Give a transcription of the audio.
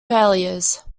failures